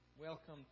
welcome